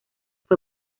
fue